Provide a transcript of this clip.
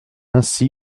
ainsi